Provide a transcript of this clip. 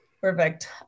Perfect